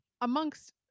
amongst